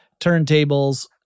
turntables